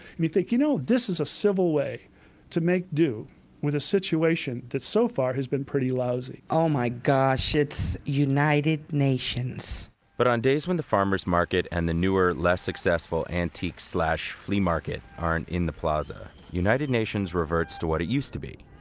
you think, you know, this is a civil way to make due with a situation that so far has been pretty lousy oh my gosh, it's united nations but on days when the farmers market and the newer, less successful antique flea market aren't in the plaza, united nations reverts to what it used to be.